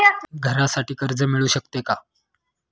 घरासाठी कर्ज मिळू शकते का?